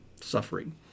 suffering